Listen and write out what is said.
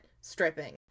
stripping